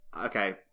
Okay